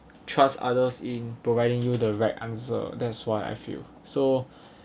trust others in providing you the right answer that's why I feel so